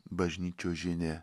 bažnyčios žinia